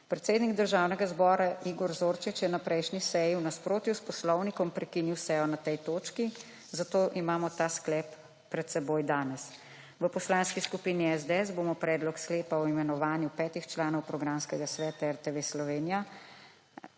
Predsednik Državnega zbora Igor Zorčič je na prejšnji seji v nasprotju s poslovnikom prekinil sejo na tej točki, zato imamo ta sklep pred seboj danes. V Poslanski skupini SDS bomo predlog sklepa o imenovanju petih članov programskega sveta RTV Slovenija